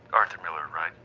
arthur miller right.